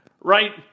right